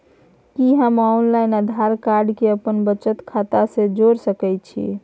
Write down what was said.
कि हम online Aadhaar card के अपन बचत खाता से जोरि सकै छी?